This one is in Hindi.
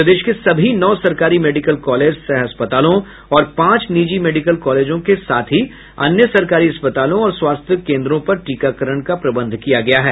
प्रदेश के सभी नौ सरकारी मेडिकल कॉलेज सह अस्पतालों और पांच निजी मेडिकल कॉलेजों के साथ अन्य सरकारी अस्पतालों और स्वास्थ्य केन्द्रों पर टीकाकरण का प्रबंध किया गया है